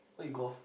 where you golf